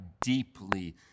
deeply